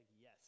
yes